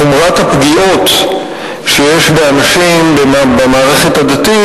את חומרת הפגיעות באנשים במערכת הדתית,